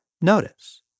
Notice